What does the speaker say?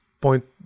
point